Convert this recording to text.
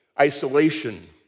isolation